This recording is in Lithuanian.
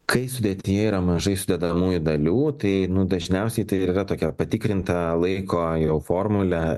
kai sudėtyje yra mažai sudedamųjų dalių o tai nu dažniausiai tai ir yra tokia patikrinta laiko jau formulė